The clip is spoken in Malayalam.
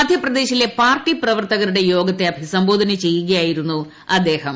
മധ്യപ്രദേശിലെ പാർട്ടി പ്രവർത്തകരുടെ യോഗത്തെ അഭിസംബോധന ചെയ്യുകയായിരുന്നു അദ്ദേഹം